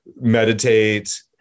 meditate